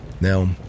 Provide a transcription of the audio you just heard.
Now